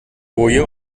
boje